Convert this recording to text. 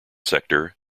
sector